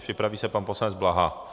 Připraví se pan poslanec Blaha.